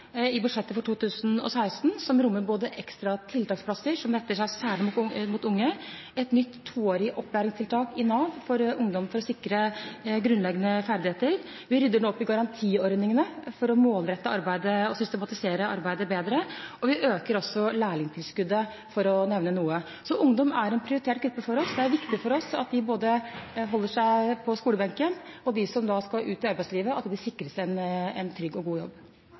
i budsjettet for 2016, som rommer både ekstra tiltaksplasser, som retter seg særlig mot unge, og et nytt toårig opplæringstiltak i Nav for ungdom for å sikre grunnleggende ferdigheter. Vi rydder nå opp i garantiordningene for å målrette og systematisere arbeidet bedre, og vi øker også lærlingtilskuddet, for å nevne noe. Så ungdom er en prioritert gruppe for oss. Det er viktig for oss at de holder seg på skolebenken, og at de som skal ut i arbeidslivet, sikres en trygg og god jobb.